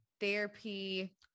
therapy